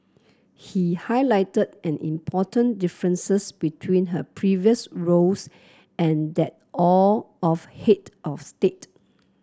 he highlighted an important differences between her previous roles and that of head of state